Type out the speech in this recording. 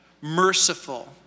merciful